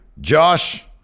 Josh